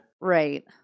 Right